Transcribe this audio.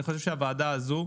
אני חושב שהוועדה הזו,